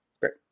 Great